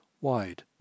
wide